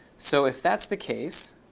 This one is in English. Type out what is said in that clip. so if that's the case,